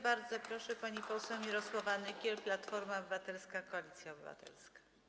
Bardzo proszę, pani poseł Mirosława Nykiel, Platforma Obywatelska - Koalicja Obywatelska.